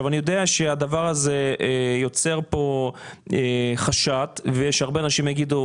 אני יודע שהדבר הזה יוצר פה חשד ושהרבה אנשים יגידו,